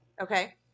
okay